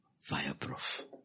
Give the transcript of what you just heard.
fireproof